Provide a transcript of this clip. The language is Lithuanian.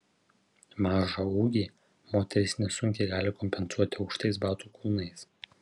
mažą ūgį moterys nesunkiai gali kompensuoti aukštais batų kulnais